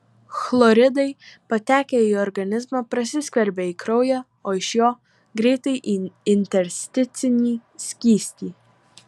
chloridai patekę į organizmą prasiskverbia į kraują o iš jo greitai į intersticinį skystį